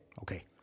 Okay